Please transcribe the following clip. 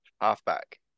halfback